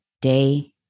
day